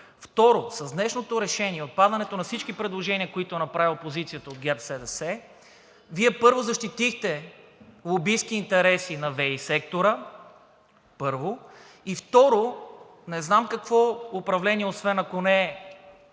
Второ, с днешното решение и отпадането на всички предложния, които направи опозицията от ГЕРБ-СДС, Вие, първо, защитихте лобистки интереси на ВиК сектора и второ, не знам какво управление, освен ако не